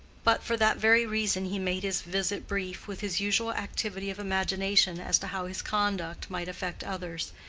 but for that very reason he made his visit brief with his usual activity of imagination as to how his conduct might affect others,